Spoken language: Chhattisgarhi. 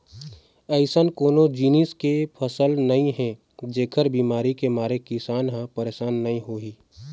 अइसन कोनो जिनिस के फसल नइ हे जेखर बिमारी के मारे किसान ह परसान नइ होही